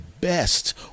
best